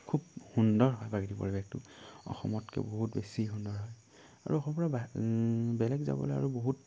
খুব সুন্দৰ হয় বাকী পৰিৱেশটো অসমতকৈ বহুত বেছি সুন্দৰ হয় আৰু অসমৰ পৰা বাহি বেলেগ যাবলৈ আৰু বহুত